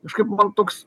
kažkaip man toks